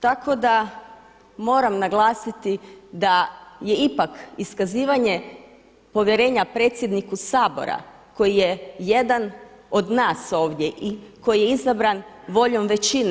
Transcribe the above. Tako da moram naglasiti da je ipak iskazivanje povjerenja predsjedniku Sabora koji je jedan od nas ovdje i koji je izabran voljom većine.